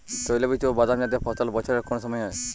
তৈলবীজ ও বাদামজাতীয় ফসল বছরের কোন সময় হয়?